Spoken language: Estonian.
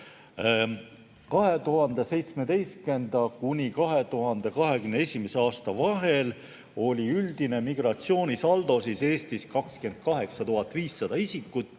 2017.–2021. aasta vahel oli üldine migratsioonisaldo Eestis 28 500 isikut